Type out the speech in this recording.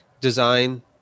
design